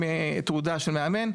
עם תעודה של מאמן.